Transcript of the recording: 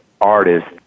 artist